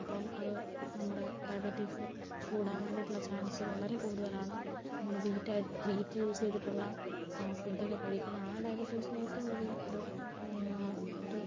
അപ്പം അത് നമ്മുടെ ഡയബറ്റിസ് കൂടാൻ വേണ്ടീട്ടുള്ള ചാൻസ് വളരെ കൂടുതലാണ് നമ്മൾ വീറ്റായിട്ട് വീറ്റ് യൂസ് ചെയ്തിട്ടുള്ള ഫുഡൊക്കെ കഴിക്കുന്നത് ആ ഡയബറ്റിക്സിന് ഏറ്റവും വലിയ ഒരു ഒരു